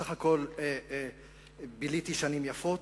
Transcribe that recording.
בסך הכול ביליתי שנים יפות,